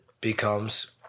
becomes